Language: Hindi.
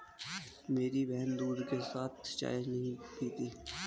मेरी बहन दूध के साथ चाय नहीं पीती